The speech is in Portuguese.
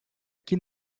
que